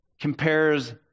compares